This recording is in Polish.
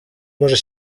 może